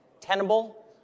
Tenable